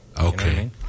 Okay